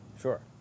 Sure